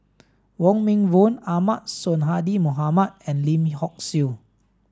Wong Meng Voon Ahmad Sonhadji Mohamad and Lim Hock Siew